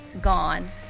gone